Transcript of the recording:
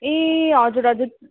ए हजुर हजुर